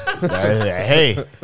Hey